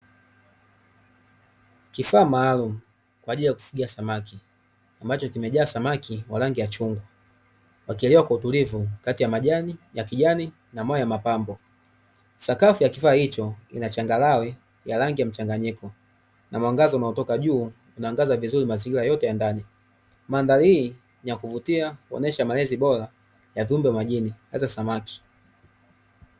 Kifaa maalumu kwa ajili ya kufugia samaki ambacho kimejaa samaki wa rangi ya chungwa wakielea kwa utulivu kati ya majani ya kijani na maua ya mapambo. Sakafu ya kifaa hicho ina changarawe ya rangi ya mchanganyiko, na mwangaza unaotoka juu inaangaza vizuri mazingira yote ya ndani. Mandhari hii ni ya kuvutia kuonyesha malezi bora ya viumbe wa majini hasa samaki.